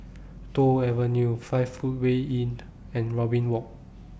Toh Avenue five Footway Inn and Robin Walk